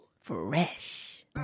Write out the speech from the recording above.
Fresh